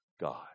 God